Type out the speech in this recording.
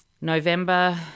November